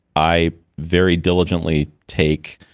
i very diligently take